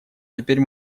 теперь